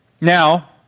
Now